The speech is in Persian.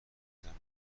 خواهد